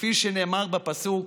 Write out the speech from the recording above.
כפי שנאמר בפסוק